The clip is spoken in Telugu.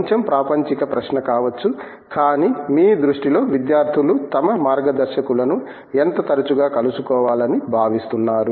కొంచెం ప్రాపంచిక ప్రశ్న కావచ్చు కానీ మీ దృష్టిలో విద్యార్థులు తమ మార్గదర్శకులను ఎంత తరచుగా కలుసుకోవాలని భావిస్తున్నారు